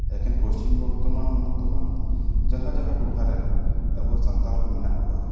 ᱮᱠᱷᱮᱱ ᱯᱚᱥᱪᱷᱤᱢ ᱵᱚᱨᱫᱷᱚᱢᱟᱱ ᱦᱚᱱᱚᱛ ᱫᱚ ᱵᱟᱝ ᱡᱟᱦᱟᱸ ᱡᱟᱦᱟᱸ ᱴᱚᱴᱷᱟᱨᱮ ᱟᱵᱚ ᱥᱟᱱᱛᱟᱲ ᱠᱚ ᱢᱮᱱᱟᱜ ᱠᱚᱣᱟ